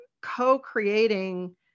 co-creating